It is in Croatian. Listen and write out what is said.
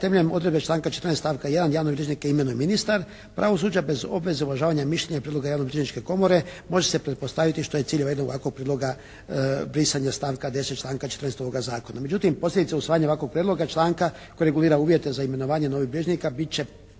temeljem odredbe članka 14. stavka 1. javne bilježnike imenuje ministar pravosuđa bez obveze uvažavanja mišljenja i prijedloga Javnobilježničke komore može se pretpostaviti što je cilj evo jednog ovakvog priloga brisanja stavka 10. članka 14. ovoga zakona. Međutim posljedice usvajanja ovakvog prijedloga članka koji regulira uvjete za imenovanje novih bilježnika bit će